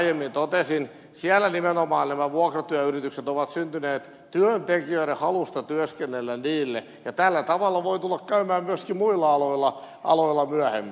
ja kuten aiemmin totesin siellä nimenomaan nämä vuokratyöyritykset ovat syntyneet työntekijöiden halusta työskennellä niille ja tällä tavalla voi tulla käymään myöskin muilla aloilla myöhemmin